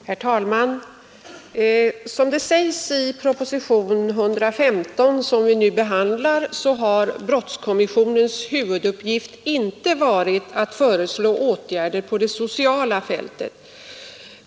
Herr talman! Som sägs i propositionen 115, som vi nu behandlar, har brottskommissionens huvuduppgift inte varit att föreslå åtgärder på det sociala fältet.